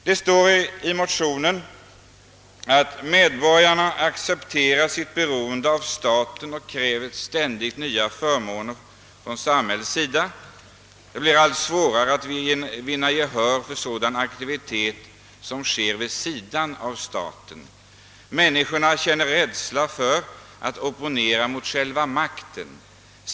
Det står i motionen: i »Medborgarna accepterar sitt beroende av staten och kräver ständigt nya Åtgärder i syfte att fördjupa och stärka det svenska folkstyret förmåner från samhällets sida. Det blir allt svårare att vinna gehör för sådan aktivitet som sker vid sidan av staten. Människorna känner rädsla för att opponera mot själva makten.